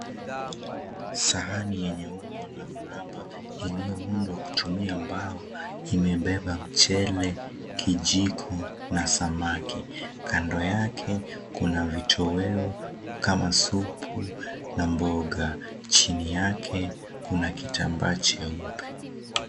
Sahani yenye umbo la mraba iliyoundwa kutumia mbao imebeba mchele, kijiko na samaki. Kando yake kuna vitoweo kama supu na mboga. Chini yake kuna kitambaa cheupe.